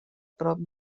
prop